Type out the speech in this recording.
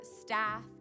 staff